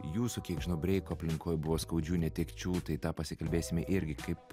jūsų kiek žinau breiko aplinkoj buvo skaudžių netekčių tai tą pasikalbėsime irgi kaip